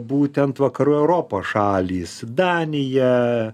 būtent vakarų europos šalys danija